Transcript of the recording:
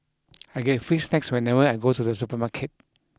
I get free snacks whenever I go to the supermarket